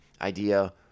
idea